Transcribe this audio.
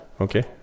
Okay